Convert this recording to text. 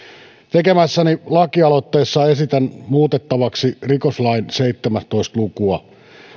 tekemässäni lakialoitteessa esitän muutettavaksi rikoslain seitsemäntoista lukua